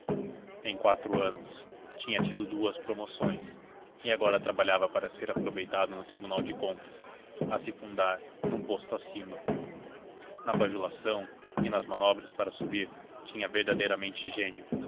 em quatro anos tinha tido duas promoções e agora trabalhava para ser aproveitado no tribunal de contas a se fundar num posto acima na bajulação e nas manobras para subir tinha verdadeiramente gênio